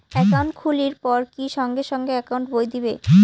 Account খুলির পর কি সঙ্গে সঙ্গে একাউন্ট বই দিবে?